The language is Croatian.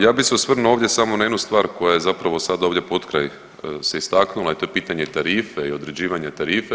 Ja bih se osvrnuo ovdje samo na jednu stvar koja je zapravo sada ovdje potkraj se istaknula i to je pitanje tarife i određivanje tarife.